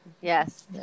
Yes